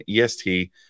EST